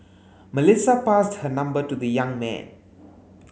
Melissa passed her number to the young man